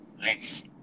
Nice